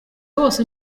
wose